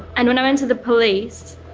and when i went to the police,